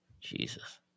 Jesus